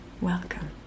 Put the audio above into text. welcome